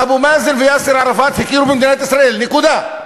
אבו מאזן ויאסר ערפאת הכירו במדינת ישראל, נקודה.